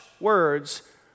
words